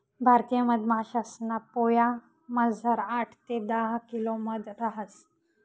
भारतीय मधमाशासना पोयामझार आठ ते दहा किलो मध रहास